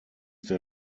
der